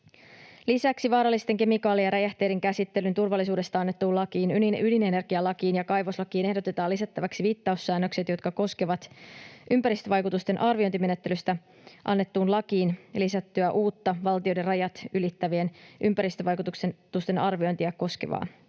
Lisäksi vaarallisten kemikaalien ja räjähteiden käsittelyn turvallisuudesta annettuun lakiin, ydinenergialakiin ja kaivoslakiin ehdotetaan lisättäväksi viittaussäännökset, jotka koskevat ympäristövaikutusten arviointimenettelystä annettuun lakiin lisättyä uutta valtioiden rajat ylittävien ympäristövaikutusten arviointia koskevaa